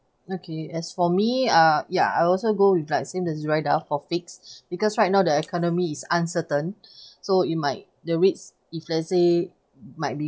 okay as for me uh ya I also go with like same the zuraidah for fixed because right now the economy is uncertain so you might the rates if let say might be